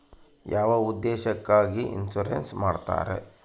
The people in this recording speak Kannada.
ಯಾವ ಉದ್ದೇಶಕ್ಕಾಗಿ ಇನ್ಸುರೆನ್ಸ್ ಮಾಡ್ತಾರೆ?